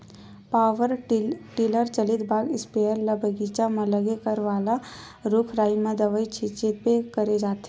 power tiller चलित बाग sprayer ल बगीचा म लगे फर वाला रूख राई म दवई छिते बर करे जाथे